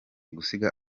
gusiga